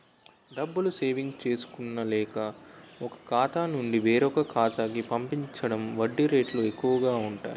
డబ్బులు సేవింగ్స్ చేసుకున్న లేక, ఒక ఖాతా నుండి వేరొక ఖాతా కి పంపించిన వడ్డీ రేట్లు ఎక్కువు గా ఉంటాయి